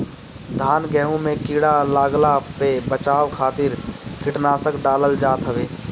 धान गेंहू में कीड़ा लागला पे बचाव खातिर कीटनाशक डालल जात हवे